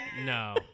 No